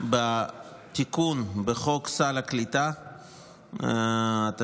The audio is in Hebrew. בתיקון בחוק סל הקליטה, התשנ"ה,1994,